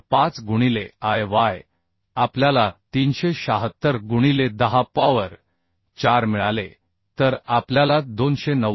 5 गुणिले I y आपल्याला 376 गुणिले 10 पॉवर 4 मिळाले तर आपल्याला 290